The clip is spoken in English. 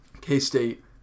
K-State